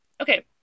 Okay